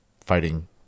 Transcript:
fighting